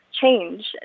change